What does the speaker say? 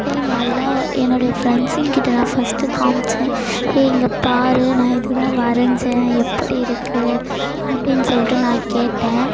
ஏ நல்லா என்னுடைய ஃப்ரெண்ட்ஸுங்கிட்ட நான் ஃபஸ்ட்டு காமிச்சேன் ஏ இங்கே பார் நான் இதுதான் வரைந்தேன் எப்படி இருக்குது அப்படின்னு சொல்லிட்டு நான் கேட்டேன்